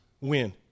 win